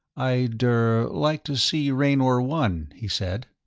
i'd er like to see raynor one, he said.